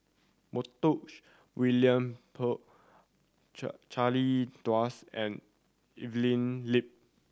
Montague William Pett Charle and Evelyn Lip